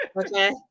Okay